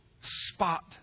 spot